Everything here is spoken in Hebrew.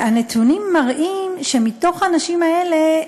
הנתונים מראים שמהנשים האלה,